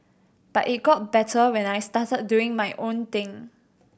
but it got better when I started doing my own thing